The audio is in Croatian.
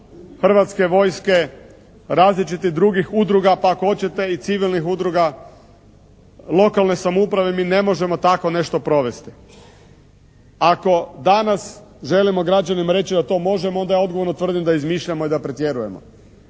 Hrvatske vojske, različitih drugih udruga, pa ako hoćete i civilnih udruga lokalne samouprave mi ne možemo takvo nešto provesti. Ako danas želimo građanima reći da to možemo onda ja odgovorno tvrdim da izmišljamo i da pretjerujemo,